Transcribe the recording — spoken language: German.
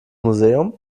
museum